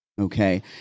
Okay